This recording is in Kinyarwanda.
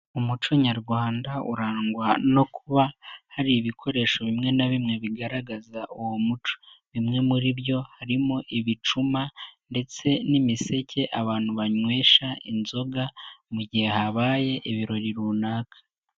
Umuco nyarwanda urangwa no kuba hari ibikoresho bimwe na bimwe bigaragaza uwo muco, bimwe muri byo harimo ibicuma ndetse n'imiseke abantu banywesha inzoga, mu gihe habaye ibirori runaka.